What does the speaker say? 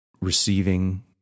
receiving